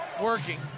working